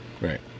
Right